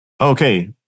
Okay